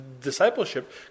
discipleship